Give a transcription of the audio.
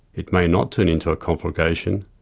it may not turn into a conflagration,